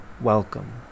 welcome